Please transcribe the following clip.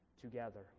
together